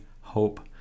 hope